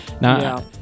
Now